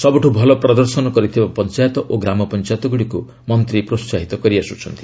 ସବୁଠୁ ଭଲ ପ୍ରଦର୍ଶନ କରିଥିବା ପଞ୍ଚାୟତ ଓ ଗ୍ରାମପଞ୍ଚାୟତଗୁଡ଼ିକୁ ମନ୍ତ୍ରୀ ପ୍ରୋସାହିତ କରିଆସୁଛନ୍ତି